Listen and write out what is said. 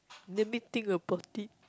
let me think about it